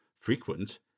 frequent